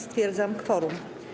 Stwierdzam kworum.